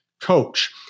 coach